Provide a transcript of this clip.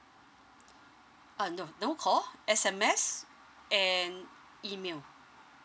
uh no no call S_M_S and email